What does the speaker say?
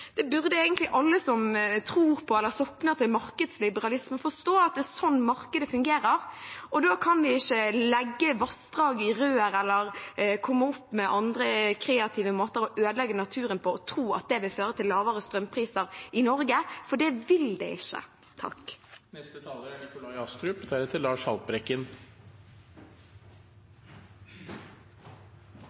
alle som tror på og sokner til markedsliberalismen forstå, at det er slik markedet fungerer. Da kan de ikke legge vassdrag i rør eller komme opp med andre kreative måter å ødelegge naturen på og tro at det vil føre til lavere strømpriser i Norge, for det vil det ikke.